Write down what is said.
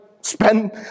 spend